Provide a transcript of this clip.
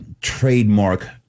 trademark